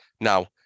Now